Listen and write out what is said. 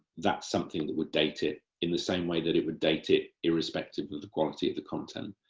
that's something that would date it, in the same way that it would date it irrespective of the quality of the content.